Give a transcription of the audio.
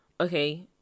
okay